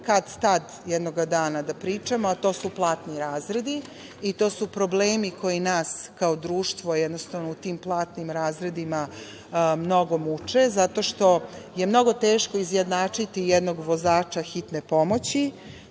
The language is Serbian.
kad-tad jednoga dana da pričamo, a to su platni razredi. To su problemi koji nas kao društvo jednostavno u tim platnim razredima mnogo muče, zato što je mnogo teško izjednačiti jednog vozača hitne pomoći